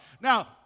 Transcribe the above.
Now